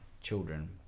children